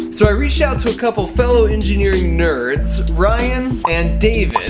so, i reached out to a couple of fellow engineering nerds, ryan and david,